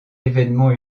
événement